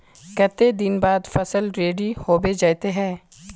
केते दिन बाद फसल रेडी होबे जयते है?